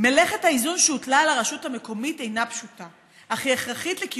"מלאכת האיזון שהוטלה על הרשות המקומית אומנם אינה פשוטה,